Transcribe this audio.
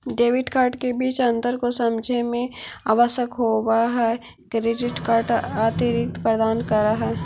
Debit card के बीच अंतर को समझे मे आवश्यक होव है क्रेडिट कार्ड अतिरिक्त प्रदान कर है?